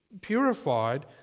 purified